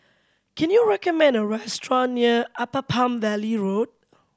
can you recommend a restaurant near Upper Palm Valley Road